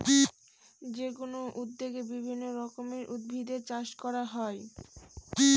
যেকোনো উদ্যানে বিভিন্ন রকমের উদ্ভিদের চাষ করা হয়